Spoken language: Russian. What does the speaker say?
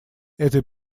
этой